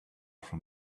from